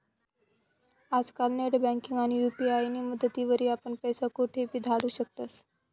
आजकाल नेटबँकिंग आणि यु.पी.आय नी मदतवरी आपण पैसा कोठेबी धाडू शकतस